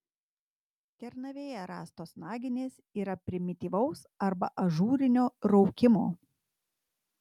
kernavėje rastos naginės yra primityvaus arba ažūrinio raukimo